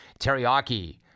Teriyaki